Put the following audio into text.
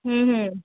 হুম হুম